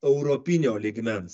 europinio lygmens